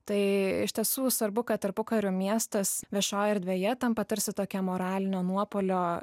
tai iš tiesų svarbu kad tarpukariu miestas viešoj erdvėje tampa tarsi tokia moralinio nuopuolio